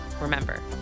Remember